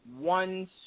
one